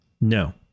No